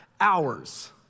hours